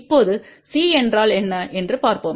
இப்போது சி என்றால் என்ன என்று பார்ப்போம்